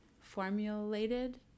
formulated